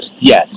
Yes